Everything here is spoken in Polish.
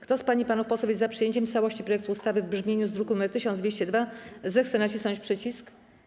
Kto z pań i panów posłów jest za przyjęciem w całości projektu ustawy w brzmieniu z druku nr 1202, zechce nacisnąć przycisk.